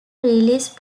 release